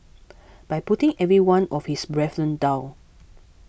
by putting every one of his brethren down